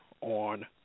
on